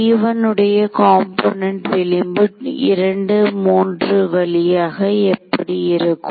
T1 உடைய component விளிம்பு 2 3 வழியாக எப்படி இருக்கும்